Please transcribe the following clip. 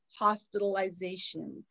hospitalizations